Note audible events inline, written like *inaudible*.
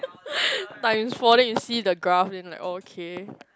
*laughs* time for they see the graph then like okay